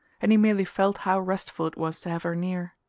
and he merely felt how restful it was to have her near.